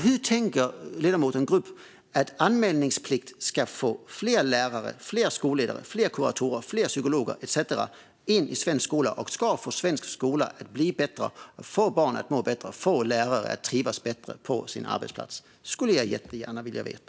Hur tänker ledamoten Grubb att anmälningsplikt ska få fler lärare, fler skolledare, fler kuratorer, fler psykologer etcetera in i svensk skola, få svensk skola att bli bättre, få barn att må bättre och få lärare att trivas bättre på sin arbetsplats? Det skulle jag jättegärna vilja veta.